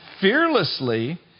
fearlessly